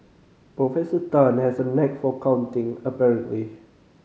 Professor Tan has a knack for counting apparently